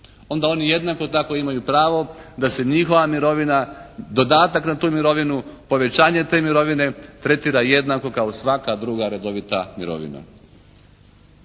onda oni jednako tako imaju pravo da se njihova mirovina, dodatak na tu mirovinu, povećanje te mirovine tretira jednako kao svaka druga redovita mirovina.